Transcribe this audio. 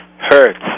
hurts